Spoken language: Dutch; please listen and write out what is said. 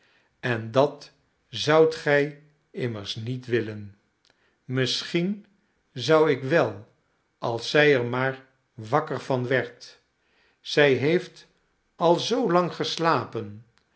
en dat zoudt gij immers niet willen misschien zou ik wel als zij er maar wakker van werd zij heeft al zoolang geslapen